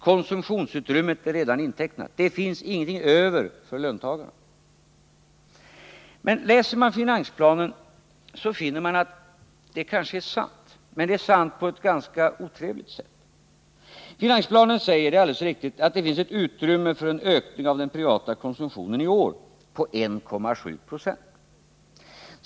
Konsumtionsutrymmet är redan intecknat. Det finns ingenting över för löntagarna. Läser man finansplanen finner man att det kanske är sant. Men det är sant på ett ganska otrevligt sätt. Finansplanen säger att det finns ett utrymme för en ökning av den privata konsumtionen i år på 1,7 Jo.